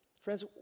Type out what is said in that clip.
Friends